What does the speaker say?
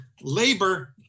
labor